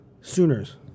Sooners